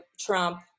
Trump